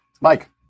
Mike